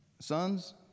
sons